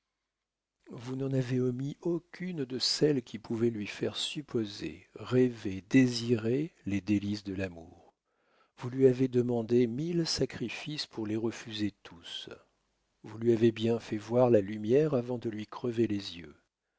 vous n'en avez omis aucune de celles qui pouvaient lui faire supposer rêver désirer les délices de l'amour vous lui avez demandé mille sacrifices pour les refuser tous vous lui avez bien fait voir la lumière avant de lui crever les yeux